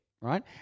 right